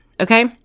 Okay